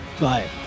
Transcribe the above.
Bye